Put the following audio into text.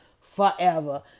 forever